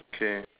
okay